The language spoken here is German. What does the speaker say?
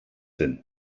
hin